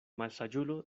malsaĝulo